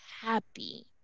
happy